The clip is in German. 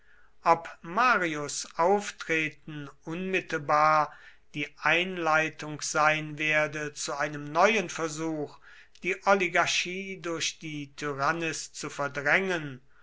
ob marius auftreten unmittelbar die einleitung sein werde zu einem neuen versuch die oligarchie durch die tyrannis zu verdrängen